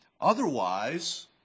Otherwise